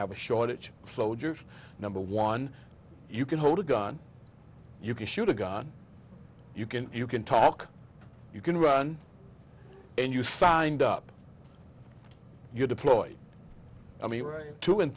have a shortage soldiers number one you can hold a gun you can shoot a gun you can you can talk you can run and you signed up you deployed i mean right two and